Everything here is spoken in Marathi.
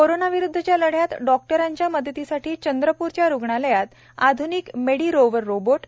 कोरोना विरुद्वच्या लढ्यात डॉक्टरांच्या मदतीसाठी चंद्रप्रच्या रुग्णालयात आध्निक मेडी रोवर रोबोट